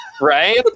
right